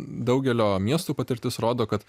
daugelio miestų patirtis rodo kad